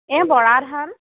এই বৰাধান